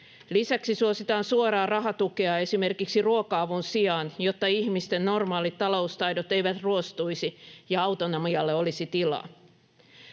Lisäksi suositaan suoraa rahatukea esimerkiksi ruoka-avun sijaan, jotta ihmisten normaalit taloustaidot eivät ruostuisi ja autonomialle olisi tilaa.